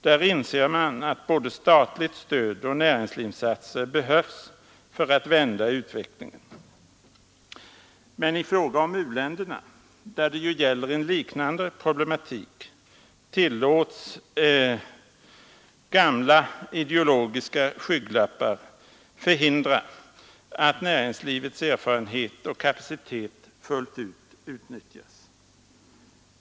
Där inser man att både statligt stöd och näringslivsinsatser behövs för att vända utvecklingen. Men i fråga om u-länderna, där det gäller en liknande problematik, tillåts gamla ideologiska skygglappar förhindra att näringslivets erfarenhet och kapacitet fullt ut utnyttjas.